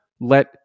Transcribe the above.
let